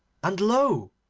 and lo!